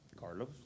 Carlos